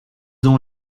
ont